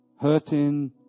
Hurting